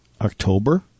October